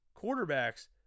quarterbacks